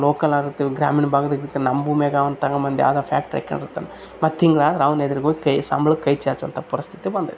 ಲೋಕಲ್ನೋರ್ ಇರ್ತೀವಿ ಗ್ರಾಮೀಣ ಭಾಗದಾಗ್ ಇತ್ತ ನಮ್ಮ ಭೂಮಿಯಾಗ್ ಅವನು ತಗೋಂಬಂದ್ ಯಾವುದೋ ಫ್ಯಾಕ್ಟ್ರಿ ಇಟ್ಕೊಂಡ್ ಇರ್ತಾನೆ ಮತ್ತು ತಿಂಗ್ಳು ಆದ್ರೆ ಅವ್ನ ಎದ್ರು ಹೋಗಿ ಕೈಯಿ ಸಂಬ್ಳಕ್ಕೆ ಕೈ ಚಾಚೋಂಥ ಪರಿಸ್ಥಿತಿ ಬಂದಿದೆ